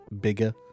bigger